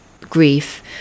grief